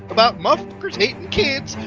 about motherf-ckers hatin' kids,